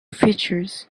features